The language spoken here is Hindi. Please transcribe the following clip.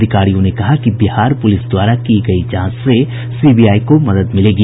अधिकारियों ने कहा कि बिहार प्रलिस द्वारा की गयी जांच से सीबीआई को मदद मिलेगी